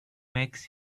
makes